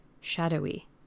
shadowy